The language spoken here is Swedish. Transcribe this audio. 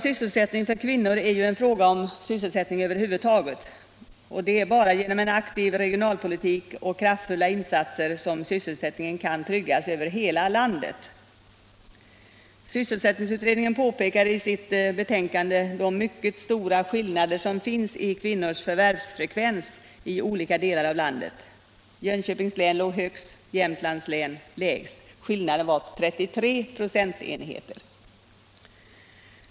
Sysselsättningen för kvinnor är ju en fråga om sysselsättning över huvud taget, och det är bara genom en aktiv regionalpolitik och kraftfulla insatser som sysselssättningen kan tryggas i hela landet. I sitt betänkande påpekade sysselsättningsutredningen de mycket stora skillnader som finns i kvinnornas förvärvsfrekvens i olika delar av landet. Jönköpings län ligger högst och Jämtlands län lägst. Skillnaden är 33 procentenheter.